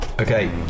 Okay